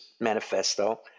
manifesto